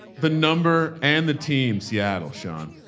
the number and the team, seattle, shawn,